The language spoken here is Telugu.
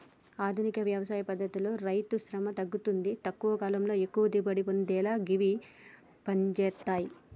ఆధునిక వ్యవసాయ పద్దతితో రైతుశ్రమ తగ్గుతుంది తక్కువ కాలంలో ఎక్కువ దిగుబడి పొందేలా గివి పంజేత్తయ్